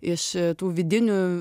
iš tų vidinių